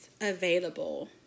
available